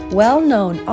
well-known